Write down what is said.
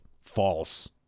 false-